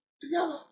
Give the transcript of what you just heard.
together